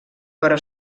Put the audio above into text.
però